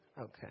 Okay